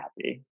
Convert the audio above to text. happy